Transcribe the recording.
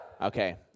Okay